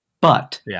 But-